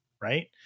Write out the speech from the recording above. right